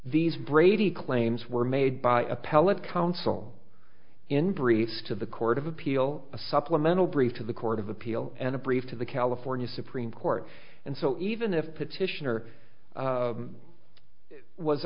these brady claims were made by appellate counsel in briefs to the court of appeal a supplemental brief to the court of appeal and a brief to the california supreme court and so even if petition